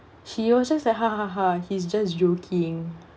she also said ha ha ha he's just joking